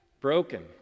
broken